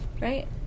right